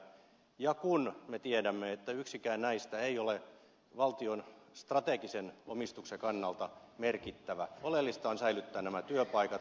ja kun me tiedämme että yksikään näistä ei ole valtion strategisen omistuksen kannalta merkittävä oleellista on säilyttää nämä työpaikat ja pelastaa yhtiöt